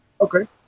Okay